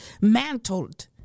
mantled